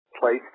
place